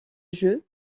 jeu